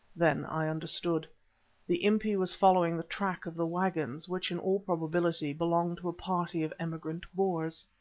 then i understood the impi was following the track of the waggons, which, in all probability, belonged to a party of emigrant boers.